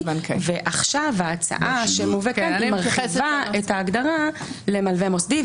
ועכשיו ההצעה שמובאת כאן מרחיבה את ההגדרה למלווה מוסדי,